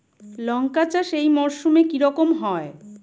লঙ্কা চাষ এই মরসুমে কি রকম হয়?